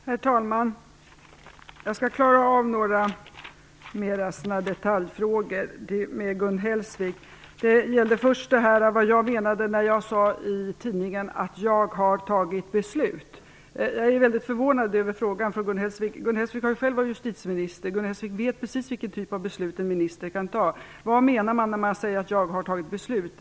Herr talman! Jag skall klara av några detaljfrågor med Gun Hellsvik. Det gällde först vad jag menade när jag i tidningen sade att jag har fattat beslut. Jag är väldigt förvånad över frågan. Gun Hellsvik har ju själv varit justitieminister. Gun Hellsvik vet precis vilken typ av beslut som en minister kan fatta. Vad menar jag när jag säger att jag har fattat beslut?